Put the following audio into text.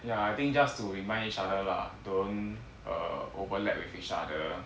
ya I think just to remind each other lah don't err overlap with each other